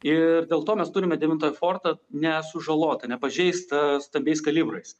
ir dėl to mes turime devintąjį fortą nesužalotą nepažeistą stambiais kalibrais